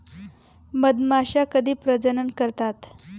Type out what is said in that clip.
मधमाश्या कधी प्रजनन करतात?